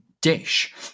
dish